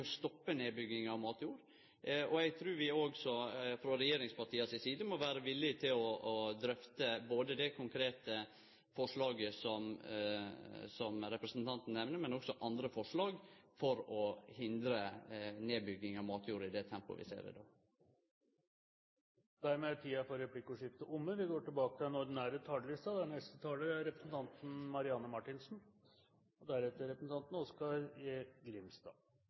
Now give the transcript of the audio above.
stoppe nedbygginga av matjord. Eg trur vi òg frå regjeringspartia si side må vere villige til å drøfte både det konkrete forslaget som representanten Hjemdal nemner, og også andre forslag for å hindre nedbygging av matjord i det tempoet vi ser i dag. Replikkordskiftet er dermed omme. Flere av komiteens medlemmer har nettopp kommet hjem fra klimatoppmøtet i Cancún. Det var et møte vi hadde svært lave forventninger til,